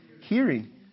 hearing